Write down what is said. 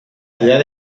ciudad